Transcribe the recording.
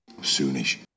Soonish